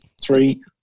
three